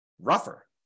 rougher